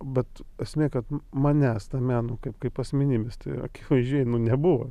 bet esmė kad manęs tame nu kaip kaip asmenybės tai akivaizdžiai nebuvo